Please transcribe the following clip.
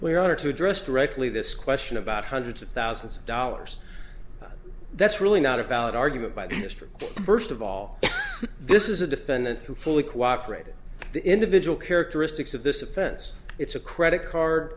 where are to address directly this question about hundreds of thousands of dollars that's really not a valid argument by the industry first of all this is a defendant who fully cooperated the individual characteristics of this offense it's a credit card